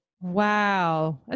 Wow